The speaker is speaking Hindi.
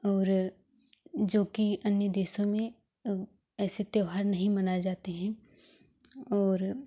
और जो कि अन्य देशों में ऐसे त्योहार नहीं मनाए जाते हैं और